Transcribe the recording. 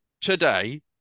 today